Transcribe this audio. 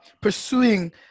pursuing